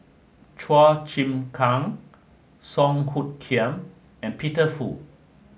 Chua Chim Kang Song Hoot Kiam and Peter Fu